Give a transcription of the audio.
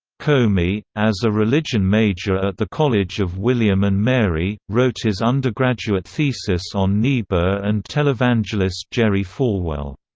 comey, as a religion major at the college of william and mary, wrote his undergraduate thesis on niebuhr and televangelist jerry falwell.